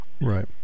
Right